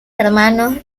hermanos